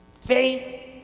faith